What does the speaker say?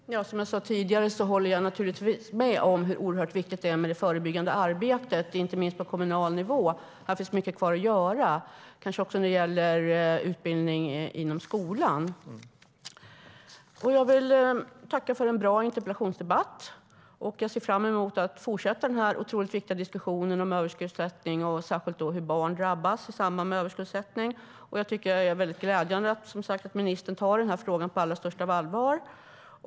Fru talman! Som jag sa tidigare håller jag naturligtvis med om hur oerhört viktigt det förebyggande arbetet är, inte minst på kommunal nivå. Här finns mycket kvar att göra, kanske också när det gäller utbildning inom skolan. Jag vill tacka för en bra interpellationsdebatt, och jag ser fram emot att fortsätta denna otroligt viktiga diskussion om överskuldsättning och särskilt om hur barn drabbas i samband med överskuldsättning. Det är mycket glädjande att ministern tar denna fråga på allra största allvar.